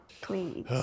please